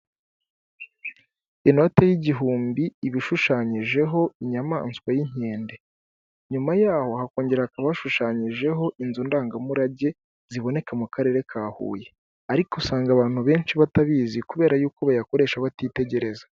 inota y'igihumbi ibashushanyijeho inyamaswa y'inkende nyuma yaho hakongera hakaba hashushanyijeho inzu ndangamurage ziboneka mu karere ka huye ariko usanga abantu benshi batabizi kubera yuko bayakoresha batitegereza